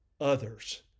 others